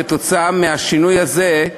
בשל השינוי הזה,